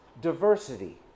diversity